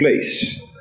place